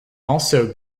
also